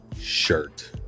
shirt